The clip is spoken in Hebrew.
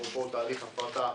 אפרופו תהליך הפרטה,